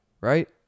Right